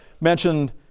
mentioned